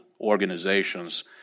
organizations